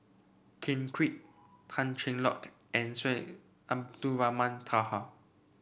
Ken Kwek Tan Cheng Lock and Syed Abdulrahman Taha